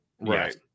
right